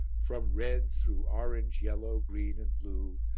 from red, through orange, yellow, green and blue,